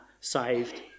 saved